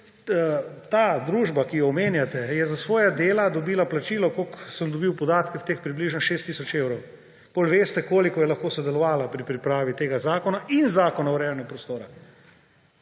Ta družba, ki jo omenjate, je za svoja dela dobila plačilo, kakor sem dobil podatke, približno 6 tisoč evrov. Potem veste, koliko je lahko sodelovala pri pripravi tega zakona in Zakona o urejanju prostora.